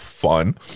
fun